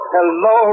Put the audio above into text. Hello